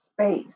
space